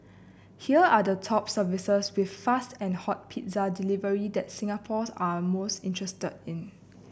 here are the top services with fast and hot pizza delivery that Singaporeans are most interested in